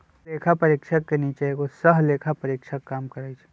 हर लेखा परीक्षक के नीचे एगो सहलेखा परीक्षक काम करई छई